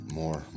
more